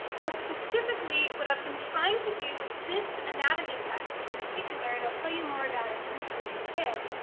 now specifically what i've been trying to do with this anatomy text in particular, and i'll tell you more about it briefly in a bit,